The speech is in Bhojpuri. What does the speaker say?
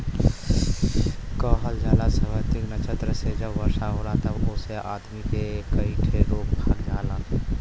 कहल जाला स्वाति नक्षत्र मे जब वर्षा होला तब ओसे आदमी के कई ठे रोग भाग जालन